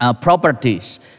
properties